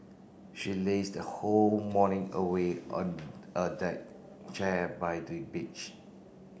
she lazed whole morning away on a deck chair by the beach